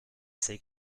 ses